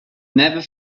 never